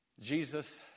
Jesus